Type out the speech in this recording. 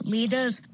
Leaders